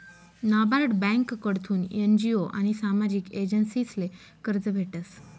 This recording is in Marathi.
नाबार्ड ब्यांककडथून एन.जी.ओ आनी सामाजिक एजन्सीसले कर्ज भेटस